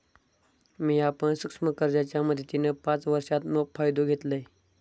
मिया पण सूक्ष्म कर्जाच्या मदतीन पाच वर्षांत मोप फायदो घेतलंय